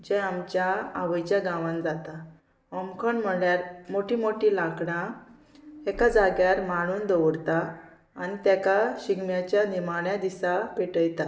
जे आमच्या आवयच्या गांवांत जाता होमखण म्हळ्यार मोटी मोटी लांकडां एका जाग्यार मांडून दवरता आनी तेका शिगम्याच्या निमाण्या दिसा पेटयता